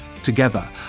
Together